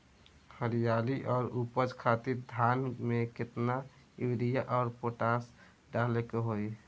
हरियाली और उपज खातिर धान में केतना यूरिया और पोटाश डाले के होई?